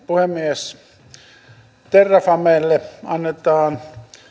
puhemies terrafamelle annetaan